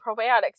probiotics